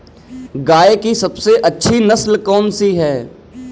गाय की सबसे अच्छी नस्ल कौनसी है?